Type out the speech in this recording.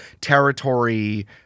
territory